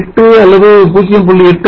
8 அல்லது 0